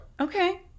Okay